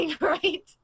Right